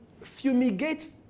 fumigate